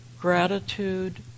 gratitude